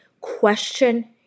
Question